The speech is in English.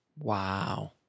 Wow